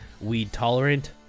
weed-tolerant